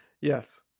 Yes